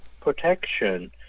protection